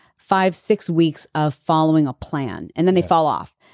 five, six weeks of following a plan and then they fall off.